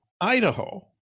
Idaho